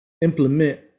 implement